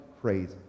crazy